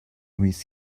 with